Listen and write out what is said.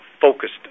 focused